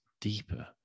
deeper